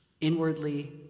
inwardly